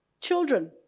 Children